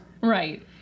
right